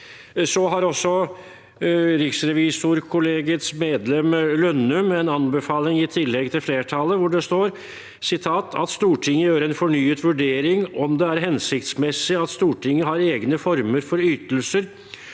Så har også riksrevisorkollegiets medlem Lønnum en anbefaling, i tillegg til flertallet: «(…) at Stortinget gjør en fornyet vurdering av om det er hensiktsmessig at Stortinget har egne former for ytelser